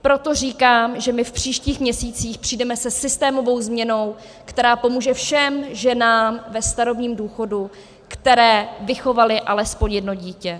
Proto říkám, že v příštích měsících přijdeme se systémovou změnou, která pomůže všem ženám ve starobním důchodu, které vychovaly alespoň jedno dítě.